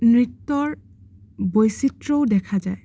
নৃত্যৰ বৈচিত্ৰও দেখা যায়